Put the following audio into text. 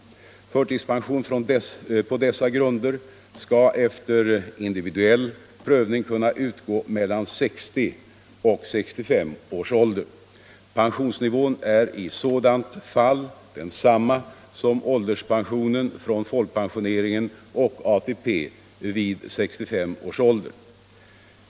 Förtidspension på dessa grunder skall efter individuell prövning kunna utgå mellan 60 och 65 års ålder. Pensionsnivån är i sådant fall densamma som ålderspensionen från folkpensioneringen och ATP vid 65 års ålder.